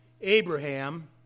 Abraham